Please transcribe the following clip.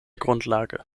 grundlage